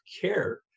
care